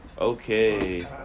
Okay